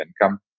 income